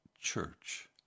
church